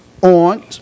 on